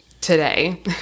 today